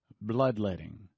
bloodletting